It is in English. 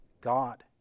God